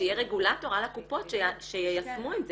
ושיהיה רגולטור על הקופות שיישמו את זה.